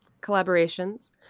collaborations